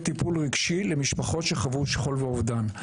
טיפול רגשי למשפחות שחוו שכול ואובדן.